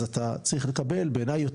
אז אתה צריך לקבל בעיניי,